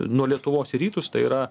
nuo lietuvos į rytus tai yra